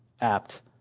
apt